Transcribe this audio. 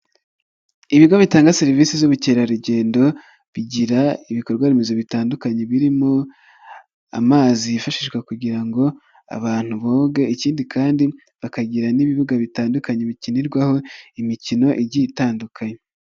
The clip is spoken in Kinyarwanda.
Ibigo bitanga serivisi z'ubukerarugendo, bigira ibikorwaremezo bitandukanye birimo amazi yifashishwa kugira ngo abantu boge, ikindi kandi bakagira n'ibibuga bitandukanye bikinirwaho imikino igiye itandukanye.